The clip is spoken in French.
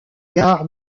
gare